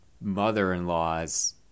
mother-in-law's